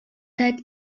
that